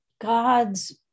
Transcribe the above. God's